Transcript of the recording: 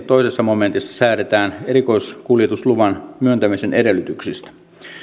toisessa momentissa säädetään erikoiskuljetusluvan myöntämisen edellytyksistä